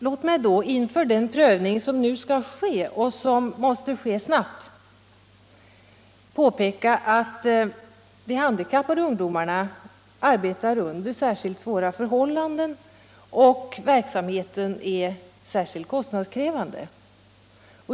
Låt mig nu inför den prövning som skall göras — och som måste ske snabbt — påpeka att de handikappade ungdomarna arbetar under särskilt svåra förhållanden och att verksamheten där är speciellt kostnadskrävande.